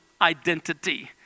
identity